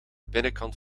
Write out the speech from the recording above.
binnenkant